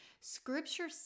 scripture